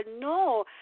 No